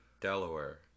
Delaware